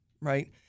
right